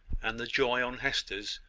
and the joy on hester's,